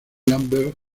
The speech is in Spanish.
lambert